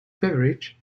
beverage